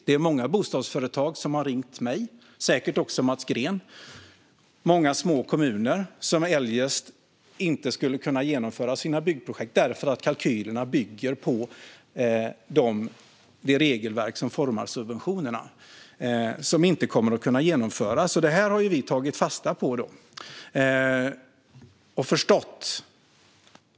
Det är många bostadsföretag som har ringt mig, säkert också Mats Green, och även små kommuner, som eljest inte skulle kunna genomföra sina byggprojekt därför att kalkylerna bygger på det regelverk som formar subventionerna. Det har vi tagit fasta på och förstått.